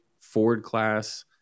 Ford-class